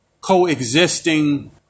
coexisting